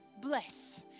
Bless